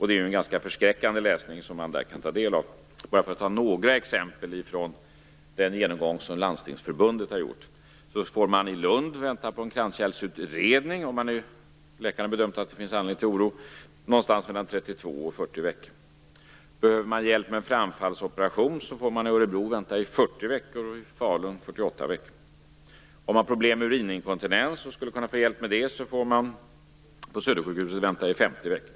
Det är en ganska förskräckande läsning som man där kan ta del av. Jag kan ta bara några exempel från den genomgång som Landstingsförbundet har gjort. I Lund får man vänta på en kranskärlsutredning, om läkaren har bedömt att det finns anledning till oro, mellan 32 och 40 veckor. Om man behöver hjälp med en framfallsoperation får man i Örebro vänta 40 veckor och i Falun 48 veckor. Om man har problem med urininkontinens och skulle behöva hjälp med det får man på Södersjukhuset vänta 50 veckor.